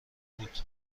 بود